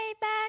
back